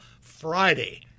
Friday